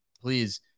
please